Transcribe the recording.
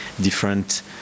different